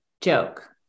joke